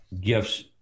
gifts